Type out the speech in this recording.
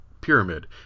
pyramid